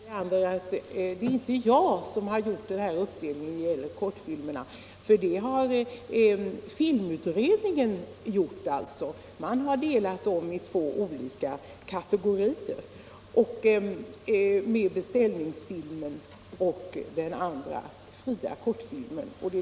Herr talman! Det är inte jag, herr Leander, som gjort den här uppdelningen av kortfilmerna. Det är filmutredningen som har delat upp kortfilmerna i två kategorier, beställningsfilmen och den fria kortfilmen.